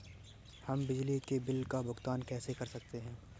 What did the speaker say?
हम बिजली के बिल का भुगतान कैसे कर सकते हैं?